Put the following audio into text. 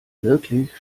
wirklich